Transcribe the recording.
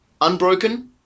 unbroken